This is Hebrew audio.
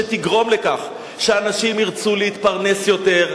שתגרום לכך שאנשים ירצו להתפרנס יותר,